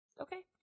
okay